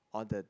all the